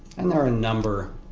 and there are a number